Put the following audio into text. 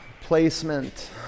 Placement